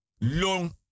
long